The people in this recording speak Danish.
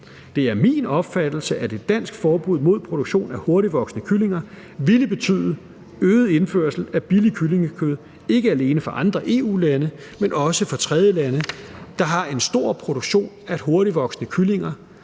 Det er min opfattelse, at et dansk forbud mod produktion af hurtigtvoksende kyllinger ville betyde øget indførsel af billigt kyllingekød, ikke alene fra andre EU-lande, men også fra tredjelande, der har en stor produktion af hurtigtvoksende kyllinger.